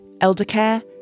eldercare